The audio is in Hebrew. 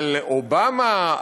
על אובמה,